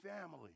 family